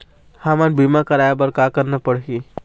हमन बीमा कराये बर का करना पड़ही?